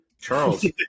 Charles